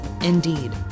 Indeed